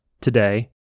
today-